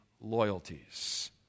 loyalties